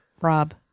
Rob